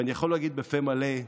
ואני יכול להגיד בפה מלא,